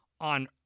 on